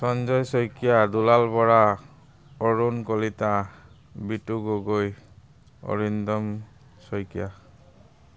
Sanjay Saikia Dulal Bora Arun Kalita Bitu Gogoi Arindam Saikia